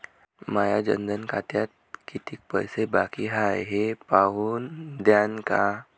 माया जनधन खात्यात कितीक पैसे बाकी हाय हे पाहून द्यान का?